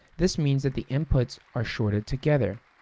this means that the inputs are shorted together.